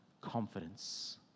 confidence